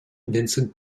vincent